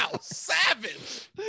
Savage